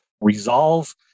resolve